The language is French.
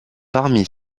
parmi